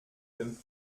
dem